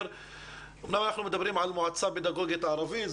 אמנם אנחנו מדברים על מועצה פדגוגית הערבית,